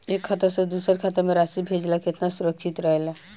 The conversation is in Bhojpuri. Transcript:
एक खाता से दूसर खाता में राशि भेजल केतना सुरक्षित रहेला?